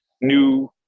new